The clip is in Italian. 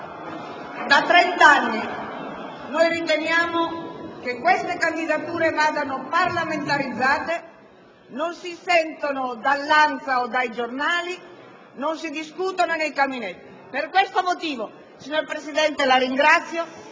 Da trent'anni noi riteniamo che queste candidature vadano parlamentarizzate: non si sentono dall'ANSA o dai giornali, non si discutono nei caminetti. Per questo motivo - signor Presidente, la ringrazio